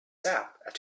sap